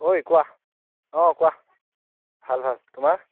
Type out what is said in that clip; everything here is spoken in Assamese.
ঐ কোৱা অ' কোৱা ভাল ভাল তোমাৰ